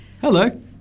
hello